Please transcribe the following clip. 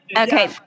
Okay